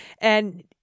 And-